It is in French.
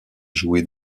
joué